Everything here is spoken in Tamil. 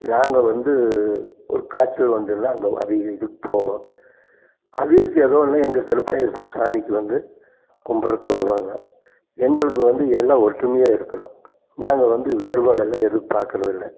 நாங்கள் வந்து ஒரு காய்ச்சல் வந்ததுனா அங்கே அவிங்க இதுக்கு போவோம் அவிங்களுக்கு எதோ ஒன்றுனா எங்கள் கருப்பண்ண ச சாமிக்கு வந்து கும்பிட்றதுக்கு வருவாங்க எங்களுக்கு வந்து எல்லாம் ஒற்றுமையாக இருக்கிறோம் நாங்கள் வந்து வேறுபாடு எல்லாம் எதுவும் பார்க்குறது இல்லை